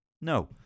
No